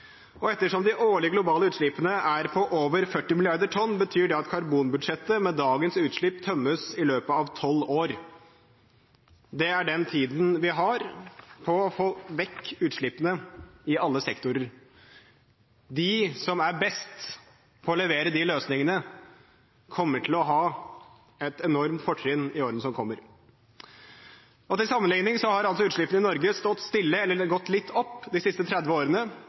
Ettersom de årlige globale utslippene er på over 40 mrd. tonn, betyr det at karbonbudsjettet med dagens utslipp tømmes i løpet av tolv år. Det er den tiden vi har på å få vekk utslippene i alle sektorer. De som er best på å levere de løsningene, kommer til å ha et enormt fortrinn i årene som kommer. Til sammenligning har altså utslippene i Norge stått stille eller gått litt opp de siste 30 årene,